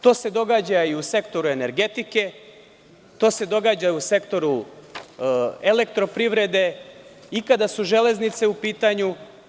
To se događa i u sektoru energetike, u sektoru elektro-privrede i kada su „Železnice“ u pitanju.